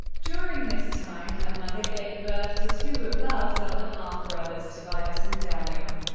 during this time, her mother gave birth to two of love's other half-brothers, tobias and daniel.